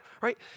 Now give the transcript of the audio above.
right